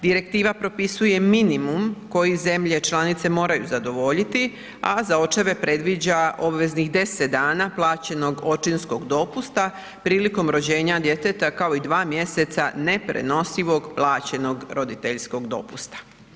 Direktiva propisuje minimum koji zemlje članice moraju zadovoljiti a za očeve predviđa obveznih 10 dana plaćenog očinskog dopusta prilikom rođenja djeteta kao i 2 mj. neprenosivog plaćenog roditeljskog dopusta.